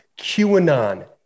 QAnon